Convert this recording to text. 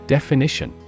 Definition